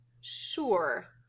Sure